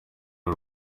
w’u